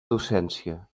docència